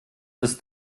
ist